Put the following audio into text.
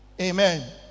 Amen